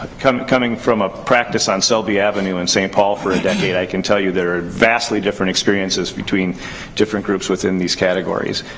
kind of coming from a practice on selby avenue in saint paul for a decade, i can tell you there are vastly different experiences between different groups within these categories.